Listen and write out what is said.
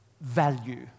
value